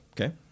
Okay